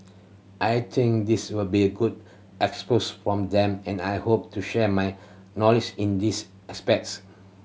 I think this will be a good expose from them and I hope to share my knowledge in this aspects